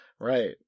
Right